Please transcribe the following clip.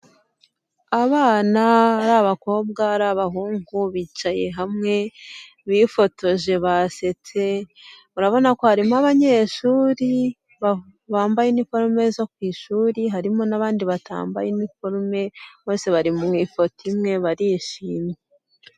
Abana ari abakobwa ari abahungu bicaye hamwe bifotoje basetse, urabona ko harimo abanyeshuri bambaye iniforome zo ku ishuri, harimo n'abandi batambaye iniforome, bose bari mu ifoto imwe barishimye.